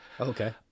Okay